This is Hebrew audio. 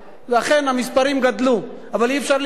ואכן המספרים גדלו, אבל אי-אפשר לקנות,